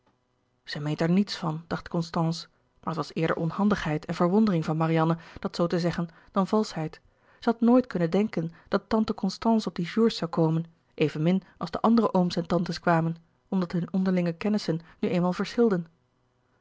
meent er niets van dacht constance maar het was eerder onhandigheid en verwondering van marianne dat zoo te zeggen dan valschheid zij had nooit kunnen denken dat tante constance op die jours zoû komen evenmin als de andere ooms en tantes kwamen omdat hun onderlinge kennissen nu eenmaal verschilden